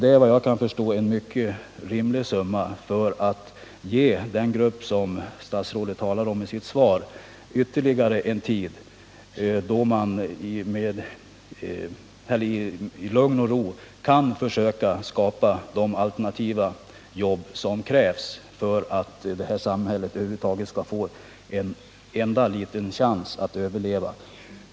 Det är, såvitt jag förstår, ett mycket rimligt pris, som ger den grupp som statsrådet talar om i sitt svar ytterligare någon tid för att i lugn och ro försöka skapa de alternativa jobb som krävs för att samhället i fråga över huvud taget skall få en enda liten chans att överleva.